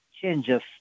changes